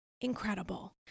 incredible